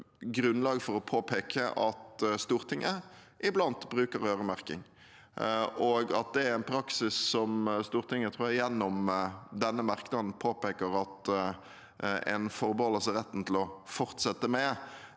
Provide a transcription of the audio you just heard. grunnlag for å påpeke at Stortinget iblant bruker øremerking, og at det er en praksis Stortinget gjennom denne merknaden påpeker at en forbeholder seg retten til å fortsette med.